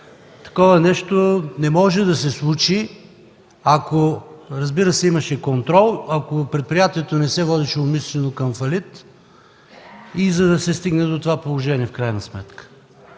Такова нещо не може да се случи, ако, разбира се, имаше контрол, ако предприятието не се водеше умишлено към фалит, за да се стигне в крайна сметка